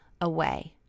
away